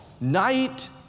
night